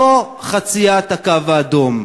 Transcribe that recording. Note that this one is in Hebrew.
זו חציית הקו האדום,